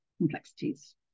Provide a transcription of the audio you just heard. complexities